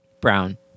Brown